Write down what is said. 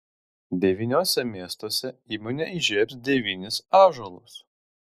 devyniuose miestuose įmonė įžiebs devynis ąžuolus